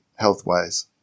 Health-wise